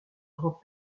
grand